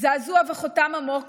זעזוע וחותם עמוק